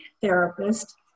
therapist